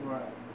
Right